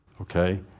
okay